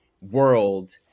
world